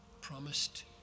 promised